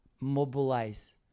mobilize